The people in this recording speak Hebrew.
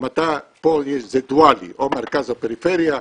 זה דואלי,